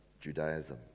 Judaism